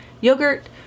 yogurt